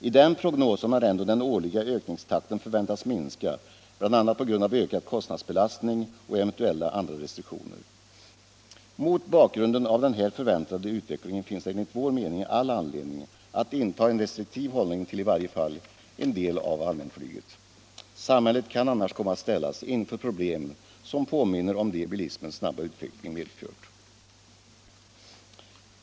I den prognosen har ändå den årliga ökningstakten förväntats minska bl.a. på grund av ökad kostnadsbelastning och eventuella andra restriktioner. Mot bakgrunden av den här förväntade utvecklingen finns det enligt vår mening all anledning att inta en restriktiv hållning till i varje fall en del av allmänflyget. Samhället kan annars komma att ställas inför problem som påminner om de bilismens snabba utveckling medfört.